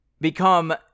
become